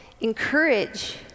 encourage